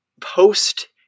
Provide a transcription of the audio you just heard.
post